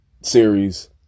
series